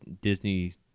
Disney